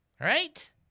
Right